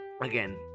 again